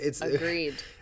Agreed